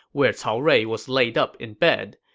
where cao rui was laid up in bed.